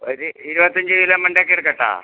ഒരു ഇരുപത്തഞ്ച് കിലോ മൺഡേക്ക് എടുക്കട്ടോ